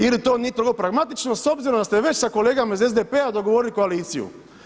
Ili to nije pragmatično s obzirom da ste već s kolegama iz SDP-a dogovorili koaliciju?